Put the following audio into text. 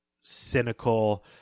cynical